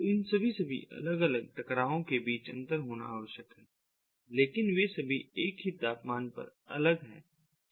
तो इन सभी अलग अलग टकरावों के बीच अंतर होना आवश्यक है लेकिन वे सभी एक ही तापमान पर अलग हैं ठीक है